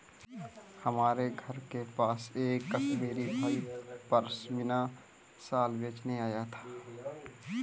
हमारे घर के पास एक कश्मीरी भाई पश्मीना शाल बेचने आया था